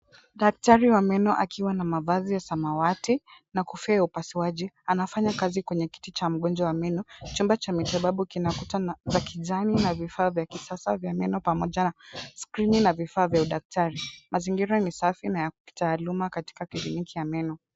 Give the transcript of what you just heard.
Daktari wa meno akiwa na mavazi ya samawati na kofia ya upasuaji anafanya kazi kwenye kiti cha mgonjwa wa meno, chumba cha matibabu kina kuta za kijani na vifaa vya kisasa vya meno pamoja na skrini na vifaa vya udaktari. Mazingira ni safi na ya kitaaluma katika kliniki ya meno.